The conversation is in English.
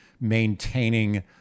maintaining